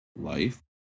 life